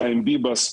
חיים ביבס,